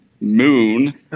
Moon